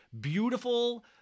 beautiful